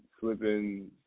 slipping